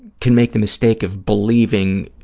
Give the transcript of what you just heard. can make the mistake of believing,